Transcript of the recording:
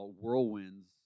whirlwinds